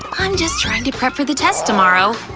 i'm just trying to prep for the test tomorrow!